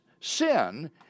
sin